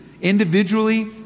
Individually